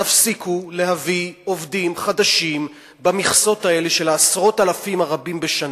תפסיקו להביא עובדים חדשים במכסות האלה של עשרות האלפים הרבים בשנה,